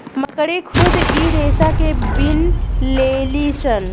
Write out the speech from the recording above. मकड़ी खुद इ रेसा के बिन लेलीसन